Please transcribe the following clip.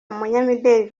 umunyamideli